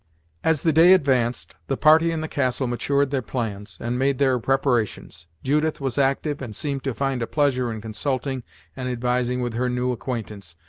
as the day advanced, the party in the castle matured their plans, and made their preparations. judith was active, and seemed to find a pleasure in consulting and advising with her new acquaintance,